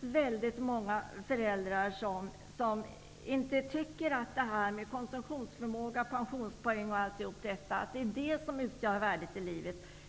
Väldigt många föräldrar tycker faktiskt inte att det som är värdefullt i livet är konsumtionsförmåga, pensionspoäng osv.,